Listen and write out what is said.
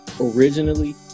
originally